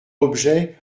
objet